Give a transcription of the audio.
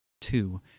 Two